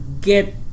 get